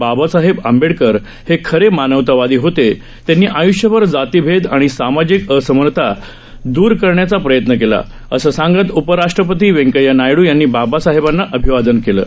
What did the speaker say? बाबासाहेब आंबेडकर हे खरे मानवतावादी होते त्यांनी आयृष्यभर जातीभेद आणि सामाजिक असमानता दूर करण्याचा प्रयत्न केला असं सांगत उपराष्ट्रपती व्यंकय्या नायड् यांनी बाबासाहेबांना अभिवादन केलं आहे